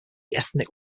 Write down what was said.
ethnic